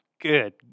Good